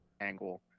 angle